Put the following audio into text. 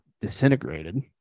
disintegrated